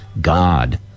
God